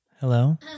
Hello